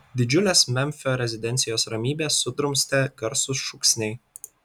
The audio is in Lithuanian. didžiulės memfio rezidencijos ramybę sudrumstė garsūs šūksniai